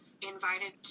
invited